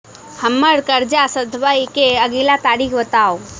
हम्मर कर्जा सधाबई केँ अगिला तारीख बताऊ?